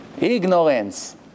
Ignorance